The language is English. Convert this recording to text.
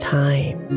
time